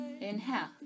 Inhale